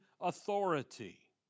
authority